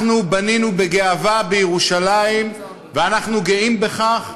אנחנו בנינו בגאווה בירושלים, ואנחנו גאים בכך.